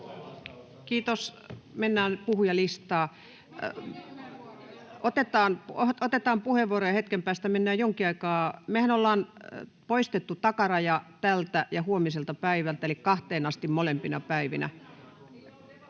Kiitos. — Mennään puhujalistaan. Otetaan puheenvuoroja hetken päästä. Mehän ollaan poistettu takaraja tältä ja huomiselta päivältä, eli kahteen asti voidaan